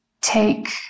take